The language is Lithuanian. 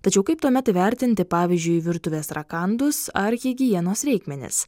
tačiau kaip tuomet įvertinti pavyzdžiui virtuvės rakandus ar higienos reikmenis